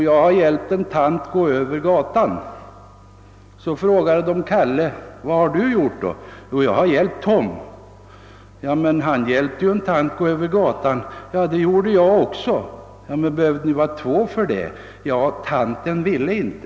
»Jag har hjälpt en tant att gå över gatan.» Så frågade man Kalle vad han hade gjori. »Jag har hjälpt Tom.» »Men han hjälpte ju en tant att gå över gatan.» — »Det gjorde jag också.» — »Men behövde ni vara två för det?» — »Ja, tanten ville inte.»